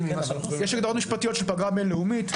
יש הגדרות משפטיות של פגרה בין לאומית.